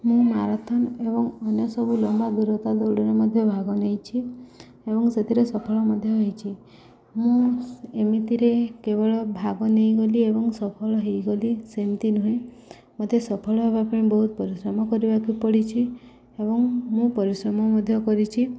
ମୁଁ ମାରାଥନ ଏବଂ ଅନ୍ୟ ସବୁ ଲମ୍ବା ଦୂରତା ଦୌଡ଼ରେ ମଧ୍ୟ ଭାଗ ନେଇଛି ଏବଂ ସେଥିରେ ସଫଳ ମଧ୍ୟ ହେଇଛି ମୁଁ ଏମିତିରେ କେବଳ ଭାଗ ନେଇଗଲି ଏବଂ ସଫଳ ହେଇଗଲି ସେମିତି ନୁହେଁ ମୋତେ ସଫଳ ହେବା ପାଇଁ ବହୁତ ପରିଶ୍ରମ କରିବାକୁ ପଡ଼ିଛି ଏବଂ ମୁଁ ପରିଶ୍ରମ ମଧ୍ୟ କରିଛି